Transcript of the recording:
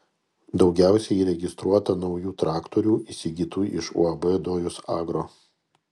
daugiausiai įregistruota naujų traktorių įsigytų iš uab dojus agro